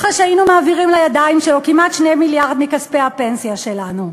אחרי שהיינו מעבירים לידיים שלו כמעט 2 מיליארדים מכספי הפנסיה שלנו.